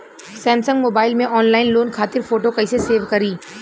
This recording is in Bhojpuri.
सैमसंग मोबाइल में ऑनलाइन लोन खातिर फोटो कैसे सेभ करीं?